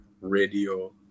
radio